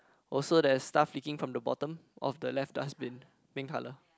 also there's stuff leaking from the bottom of the left dustbin pink colour